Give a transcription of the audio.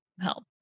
help